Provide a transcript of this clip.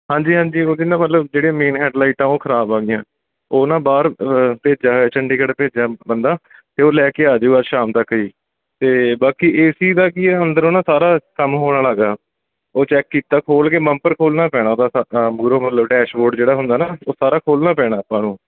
ਹਾਂਜੀ ਹਾਂਜੀ ਉਹਦੀ ਨਾ ਮਤਲਬ ਜਿਹੜੇ ਮੇਨ ਹੈਡਲਾਈਟ ਆ ਉਹ ਖਰਾਬ ਆ ਗਈਆਂ ਉਹ ਨਾ ਬਾਹਰ ਭੇਜਿਆ ਹੋਇਆ ਚੰਡੀਗੜ੍ਹ ਭੇਜਿਆ ਬੰਦਾ ਅਤੇ ਉਹ ਲੈ ਕੇ ਆ ਜੂ ਅੱਜ ਸ਼ਾਮ ਤੱਕ ਜੀ ਅਤੇ ਬਾਕੀ ਏ ਸੀ ਦਾ ਕੀ ਅੰਦਰੋਂ ਨਾ ਸਾਰਾ ਕੰਮ ਹੋਣ ਵਾਲਾ ਹੈਗਾ ਉਹ ਚੈੱਕ ਕੀਤਾ ਖੋਲ ਕੇ ਮੰਪਰ ਖੋਲਣਾ ਪੈਣਾ ਉਹਦਾ ਸ ਮੂਹਰੋਂ ਮਤਲਬ ਡੈਸ਼ਬੋਰਡ ਜਿਹੜਾ ਹੁੰਦਾ ਨਾ ਉਹ ਸਾਰਾ ਖੋਲਣਾ ਪੈਣਾ ਆਪਾਂ ਨੂੰ